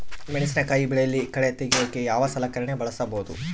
ಮೆಣಸಿನಕಾಯಿ ಬೆಳೆಯಲ್ಲಿ ಕಳೆ ತೆಗಿಯೋಕೆ ಯಾವ ಸಲಕರಣೆ ಬಳಸಬಹುದು?